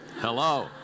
Hello